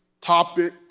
topic